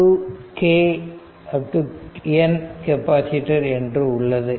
n capacitor என்று உள்ளது